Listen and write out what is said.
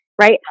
Right